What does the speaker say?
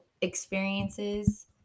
experiences